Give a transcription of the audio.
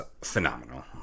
phenomenal